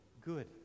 good